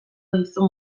dizun